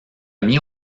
mis